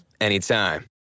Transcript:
anytime